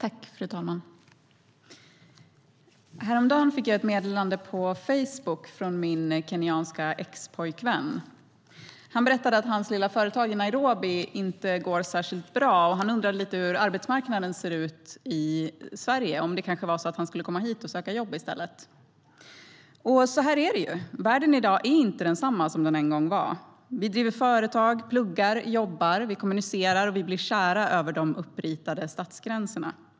Fru talman! Häromdagen fick jag ett meddelande på Facebook från min kenyanske expojkvän. Han berättade att hans lilla företag i Nairobi inte går särskilt bra. Han undrade lite hur arbetsmarknaden ser ut i Sverige och om han kanske skulle komma hit och söka jobb i stället. Så här är det. Världen i dag är inte densamma som den en gång var. Vi driver företag, pluggar, jobbar, kommunicerar och blir kära över de uppritade statsgränserna.